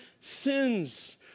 sins